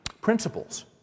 principles